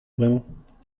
bremañ